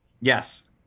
Yes